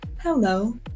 hello